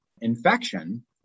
infection